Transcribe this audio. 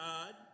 God